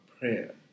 prayer